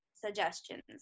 suggestions